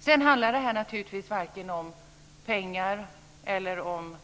Sedan handlar det här naturligtvis varken om pengar eller om